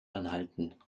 anhalten